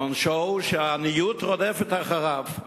עונשו הוא שהעניות רודפת אחריו.